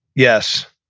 yes.